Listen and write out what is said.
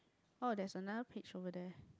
oh there is another page over there